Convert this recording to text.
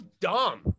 dumb